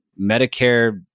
Medicare